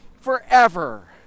forever